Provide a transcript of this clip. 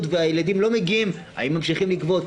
והילדים לא מגיעים האם ממשיכים לגבות?